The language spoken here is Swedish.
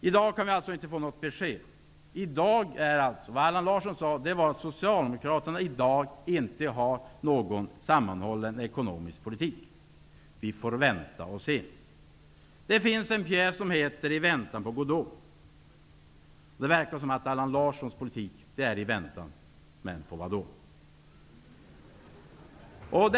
I dag kan vi alltså inte få något besked. Vad Allan Larsson sade var att socialdemokraterna i dag inte har någon sammanhållen ekonomisk politik. Vi får vänta och se. Det finns en pjäs som heter I väntan på Godot. Det verkar som om Allan Larssons politik är i väntan, men på vad då?